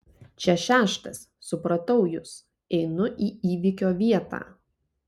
čia šeštas supratau jus einu į įvykio vietą